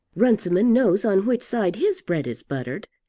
runciman knows on which side his bread is buttered.